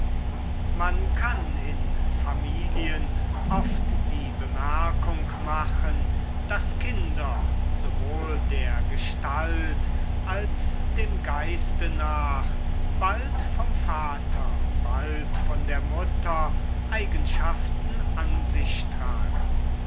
man kann in familien oft die bemerkung machen daß kinder sowohl der gestalt als dem geiste nach bald vom vater bald von der mutter eigenschaften an sich tragen